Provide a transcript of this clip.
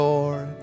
Lord